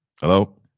Hello